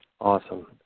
Awesome